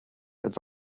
het